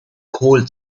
kohl